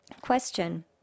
Question